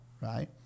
right